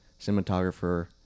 cinematographer